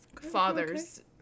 father's